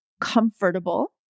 comfortable